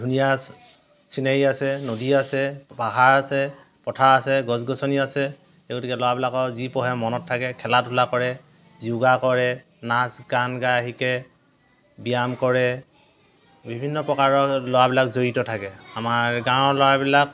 ধুনীয়া চিনেৰি আছে নদী আছে পাহাৰ আছে পথাৰ আছে গছ গছনি আছে গতিকে ল'ৰাবিলাকৰ যি পঢ়ে মনত থাকে খেলা ধূলা কৰে য়ৌগা কৰে নাচ গান গাই শিকে ব্যায়াম কৰে বিভিন্ন প্ৰকাৰৰ ল'ৰাবিলাক জড়িত থাকে আমাৰ গাঁৱৰ ল'ৰাবিলাক